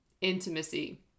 Intimacy